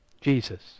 Jesus